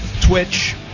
Twitch